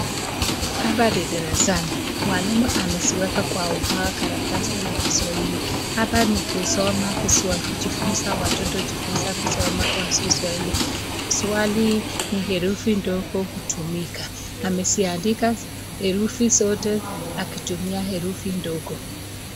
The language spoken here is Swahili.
Hapa ni darasani, mwalimu ameziweka kwa ubao karatasi ya kiswahili. Hapa ni kusoma kiswahili...watoto hujifunza kwa kiswahili, swali ni ''herufi ndogo hutumika'' ameziandika herufi zote akitumia herufi ndogo.